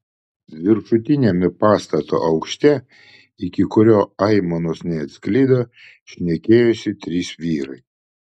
viršutiniame pastato aukšte iki kurio aimanos neatsklido šnekėjosi trys vyrai